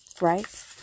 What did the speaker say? right